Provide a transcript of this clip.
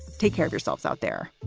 take care of yourselves out there.